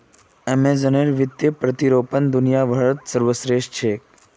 अमेज़नेर वित्तीय प्रतिरूपण दुनियात सर्वश्रेष्ठ छेक